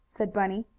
said bunny.